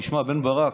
תשמע, בן ברק,